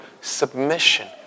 submission